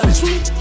sweet